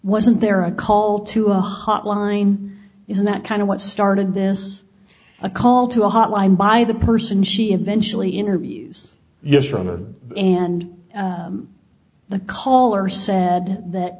wasn't there a call to a hotline isn't that kind of what started this a call to a hotline by the person she eventually interviews yes rather and the caller said that